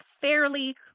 fairly